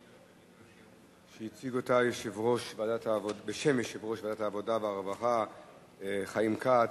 שהציג בשם יושב-ראש ועדת העבודה והרווחה חיים כץ,